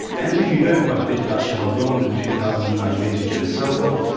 and if you know quite a bit about cheval blanc and the two thousand and nine vintage and so on,